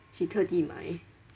she 特地买